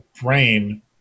brain